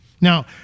Now